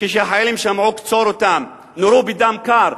כשהחיילים שמעו: קצור אותם, נורו בדם קר.